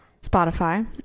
Spotify